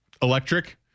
electric